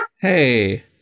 Hey